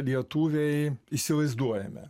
lietuviai įsivaizduojame